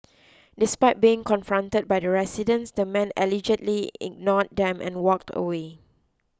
despite being confronted by the residents the man allegedly ignore them and walked away